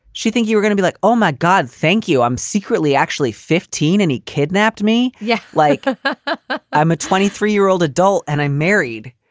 she think you're gonna be like, oh my god, thank you. i'm secretly actually fifteen. and he kidnapped me. yeah. like i'm a twenty three year old adult and i'm married.